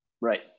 Right